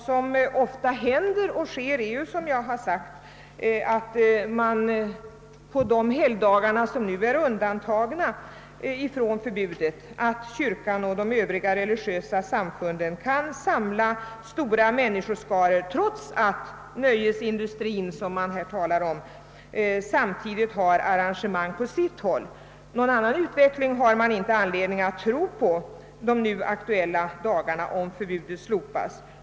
Som jag tidigare har sagt kan ju kyrkan och övriga religiösa samfund på de helgdagar som nu är undantagna från förbud samla stora människoskaror, trots att nöjesindustrin, som man här talar om, samtidigt har arrangemang på sitt håll. Någon annan utveckling har man inte anledning att tro på under de nu aktuella dagarna om förbudet slopas.